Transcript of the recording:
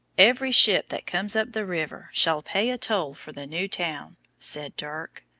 every ship that comes up the river shall pay a toll for the new town, said dirk.